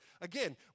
Again